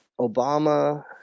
Obama